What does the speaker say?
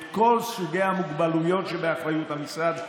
את כל סוגי המוגבלויות שבאחריות המשרד,